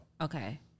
Okay